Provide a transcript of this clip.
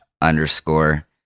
underscore